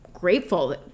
grateful